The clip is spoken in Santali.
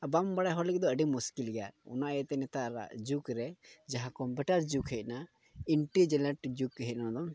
ᱟᱨ ᱵᱟᱲᱟᱭ ᱦᱚᱲ ᱞᱟᱹᱜᱤᱫ ᱫᱚ ᱟᱹᱰᱤ ᱢᱩᱥᱠᱤᱞ ᱜᱮᱭᱟ ᱚᱱᱟ ᱤᱭᱟᱹᱛᱮ ᱱᱮᱛᱟᱨᱟᱜ ᱡᱩᱜᱽ ᱨᱮ ᱡᱟᱦᱟᱸ ᱠᱚᱢᱯᱤᱭᱩᱴᱟᱨ ᱡᱩᱜᱽ ᱦᱮᱡ ᱱᱟ ᱤᱱᱴᱤᱡᱤᱞᱮᱱᱴ ᱡᱩᱜᱽ ᱦᱮᱡ ᱱᱟ ᱱᱚᱣᱟ ᱫᱚ